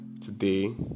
today